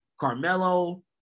Carmelo